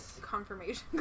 confirmation